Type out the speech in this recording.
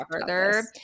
further